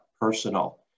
personal